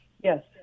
Yes